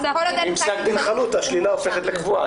אם יש פסק דין חלוט השלילה הופכת לקבועה.